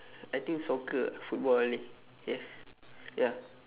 I think soccer ah football only yes ya